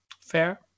Fair